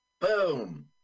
Boom